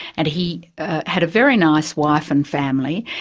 and he had a very nice wife and family,